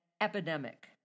epidemic